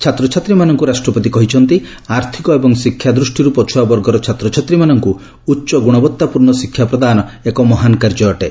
ଛାତ୍ରଛାତ୍ରୀମାନଙ୍କୁ ରାଷ୍ଟ୍ରପତି କହିଛନ୍ତି ଆର୍ଥିକ ଏବଂ ଶିକ୍ଷା ଦୃଷ୍ଟିରୁ ପଛୁଆବର୍ଗର ଛାତ୍ରଛାତ୍ରୀମାନଙ୍କୁ ଉଚ୍ଚ ଗୁଣବତ୍ତାପୂର୍ଣ୍ଣ ଶିକ୍ଷା ପ୍ରଦାନ ଏକ ମହାନ କାର୍ଯ୍ୟ ଅଟେ